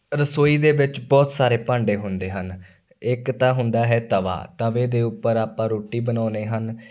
ਰਸੋਈ ਦੇ ਵਿੱਚ ਬਹੁਤ ਸਾਰੇ ਭਾਂਡੇ ਹੁੰਦੇ ਹਨ ਇੱਕ ਤਾਂ ਹੁੰਦਾ ਹੈ ਤਵਾ ਤਵੇ ਦੇ ਉੱਪਰ ਆਪਾਂ ਰੋਟੀ ਬਣਾਉਂਦੇ ਹਨ